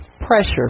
pressure